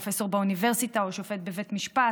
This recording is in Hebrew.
פרופסור באוניברסיטה או שופט בבית המשפט,